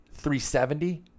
370